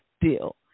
deal